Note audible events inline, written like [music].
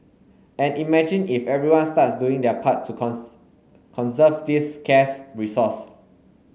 and imagine if everyone starts doing their part to [unintelligible] conserve this scarce resource